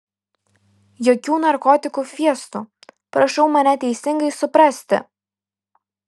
jokių narkotikų fiestų prašau mane teisingai suprasti